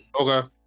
Okay